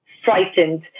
frightened